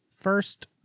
first